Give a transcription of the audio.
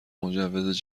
مجوز